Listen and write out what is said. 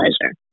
pleasure